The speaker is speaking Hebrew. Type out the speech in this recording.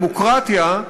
שבדמוקרטיה,